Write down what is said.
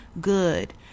good